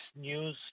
news